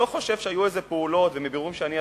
מבירורים שעשיתי,